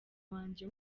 wanjye